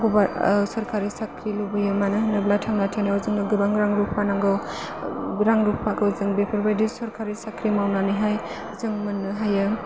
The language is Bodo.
ओ सोरखारि साख्रि लुबैयो मानो होनोब्ला थांना थानायाव जोंनो गोबां रां रुफा नांगौ रां रुफाखौ जों बेफोरबायदि सोरखारि साख्रि मावनानैहाय जों मोननो हायो